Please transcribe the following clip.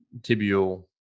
tibial